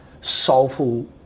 soulful